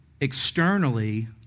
externally